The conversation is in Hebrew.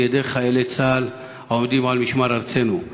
את ידי חיילי צה"ל העומדים על משמר ארצנו.